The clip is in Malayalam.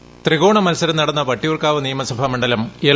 വോയിസ് ത്രികോണ മത്സരം നടന്ന വട്ടിയൂർക്കാവ് നിയമസഭാ മണ്ഡലം എൽ